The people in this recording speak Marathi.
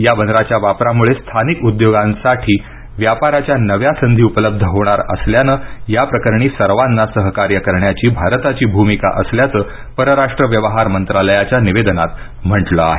या बंदराच्या वापरामुळे स्थानिक उद्योगांसाठी व्यापाराच्या नव्या संधी उपलब्ध होणार असल्यानं या प्रकरणी सर्वांना सहकार्य करण्याची भारताची भूमिका असल्याचं परराष्ट्र व्यवहार मंत्रालयाच्या निवेदनात म्हटलं आहे